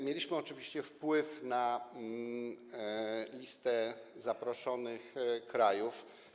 Mieliśmy oczywiście wpływ na listę zaproszonych krajów.